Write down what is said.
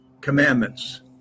commandments